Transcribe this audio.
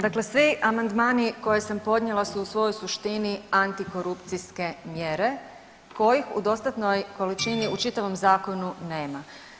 Dakle, svi amandmani koje sam podnijela su u svojoj suštini antikorupcijske mjere kojih u dostatnoj količini u čitavom zakonu nema.